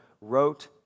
wrote